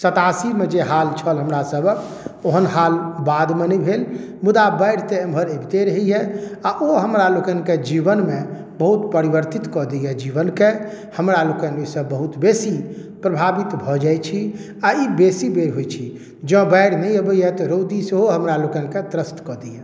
सतासीमे जे हाल छल हमरा सभक ओहन हाल बादमे नहि भेल मुदा बाढ़ि तऽ एमहर अबिते रहैए आओर ओ हमरा लोकनि के जीवनमे बहुत परिवर्तित कऽ दइए जीवनक हमरा लोकनि ई सब बहुत बेसी प्रभावित भऽ जाइ छी आओर ई बेसी बेर होइ छै जँ बाढ़ि नहि अबैए तऽ रौदी सेहो हमरा लोकनिके त्रस्त कऽ दैए